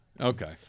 Okay